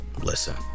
listen